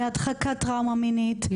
הדחקת טראומה מינית,